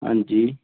हां जी